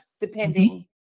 depending